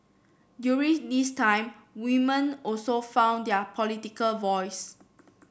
during this time women also found their political voice